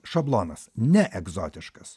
šablonas neegzotiškas